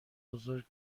بزرگ